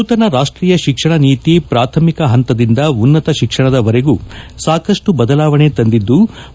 ನೂತನ ರಾಷ್ಷೀಯ ಶಿಕ್ಷಣ ನೀತಿ ಪ್ರಾಥಮಿಕ ಹಂತದಿಂದ ಉನ್ನತ ಶಿಕ್ಷಣದ ವರೆಗೂ ಸಾಕಷ್ನು ಬದಲಾವಣೆ ತಂದಿದ್ಲು